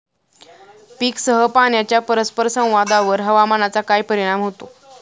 पीकसह पाण्याच्या परस्पर संवादावर हवामानाचा काय परिणाम होतो?